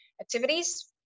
activities